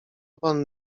pan